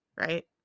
right